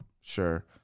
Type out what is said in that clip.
Sure